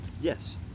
Yes